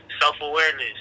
self-awareness